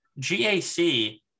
GAC